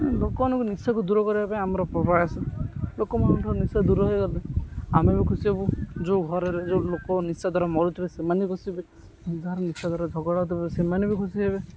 ଲୋକମାନଙ୍କୁ ନିଶାକୁ ଦୂର କରିବା ପାଇଁ ଆମର ପ୍ରୟାସ ଲୋକମାନଙ୍କଠାରୁ ନିଶା ଦୂର ହୋଇଗଲେ ଆମେ ବି ଖୁସି ହେବୁ ଯେଉଁ ଘରରେ ଯେଉଁ ଲୋକ ନିଶା ଦ୍ୱାରା ମରୁୁଥିବେ ସେମାନେ ବି ଖୁସି ହେବେ ନିଶା ଦ୍ୱାରା ଝଗଡ଼ା ହେଉଥିବ ସେମାନେ ବି ଖୁସି ହେବେ